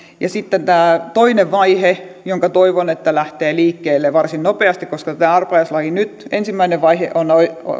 sitten on tämä toinen vaihe jonka toivon lähtevän liikkeelle varsin nopeasti koska tämä arpajaislaki nyt ensimmäinen vaihe on